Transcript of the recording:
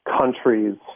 countries